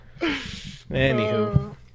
Anywho